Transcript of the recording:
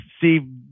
see